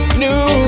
new